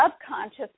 subconscious